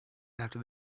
after